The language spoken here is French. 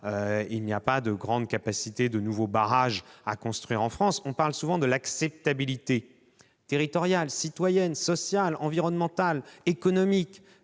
il n'y a pas de grandes capacités pour construire de nouveaux barrages en France. On parle souvent de l'acceptabilité territoriale, citoyenne, sociale, environnementale et économique